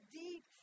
deep